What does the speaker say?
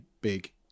big